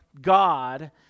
God